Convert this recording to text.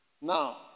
Now